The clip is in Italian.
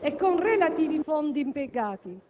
e con relativi fondi impiegati.